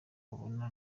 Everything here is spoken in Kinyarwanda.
babona